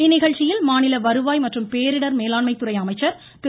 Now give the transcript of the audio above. இந்நிகழ்ச்சியில் மாநில வருவாய் மற்றும் பேரிடர் மேலாண்மை துறை அமைச்சர் திரு